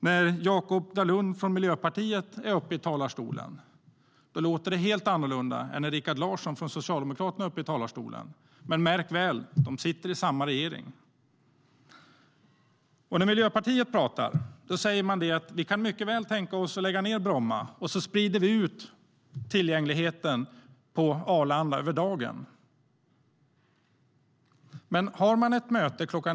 När Jakop Dalunde från Miljöpartiet är uppe i talarstolen låter det helt annorlunda än när Rikard Larsson från Socialdemokraterna är uppe i talarstolen. Men märk väl: De representerar samma regering. När Miljöpartiet pratar säger de: Vi kan mycket väl tänka oss att lägga ned Bromma, och så sprider vi ut tillgängligheten på Arlanda över dagen. Men har man ett möte kl.